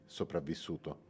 sopravvissuto